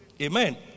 Amen